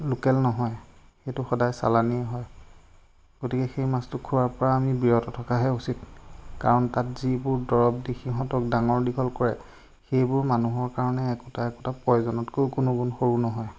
local নহয় সেইটো সদায় চালানিয়ে হয় গতিকে সেই মাছটো খোৱাৰ পৰা আমি বিৰত থকাহে উচিত কাৰণ তাত যিবোৰ দৰব দি সিহঁতক ডাঙৰ দীঘল কৰে সেইবোৰ মানুহৰ কাৰণে একোটা একোটা পয়জনতকৈ কোনো গুণ সৰু নহয়